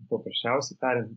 paprasčiausiai tariant